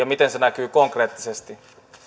miten se näkyy konkreettisesti